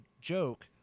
joke